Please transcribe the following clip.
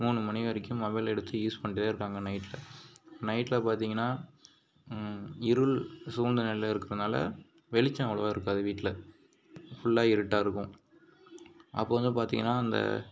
மூணு மணி வரைக்கும் மொபைல் எடுத்து யூஸ் பண்ணிகிட்டே இருப்பாங்க நைட்டில் நைட்டில் பார்த்திங்கனா இருள் சூழ்நிலையில் இருக்கிறதுனால வெளிச்சம் அவ்வளோவா இருக்காது வீட்டில் ஃபுல்லாக இருட்டாக இருக்கும் அப்போது வந்து பார்த்திங்கனா அந்த